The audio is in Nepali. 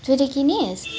तैँले किनिस्